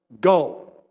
go